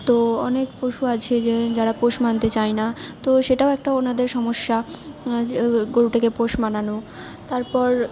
তো অনেক পশু আছে যে যারা পোষ মানতে চায় না তো সেটাও একটা ওনাদের সমস্যা গরুটাকে পোষ মানানো তারপর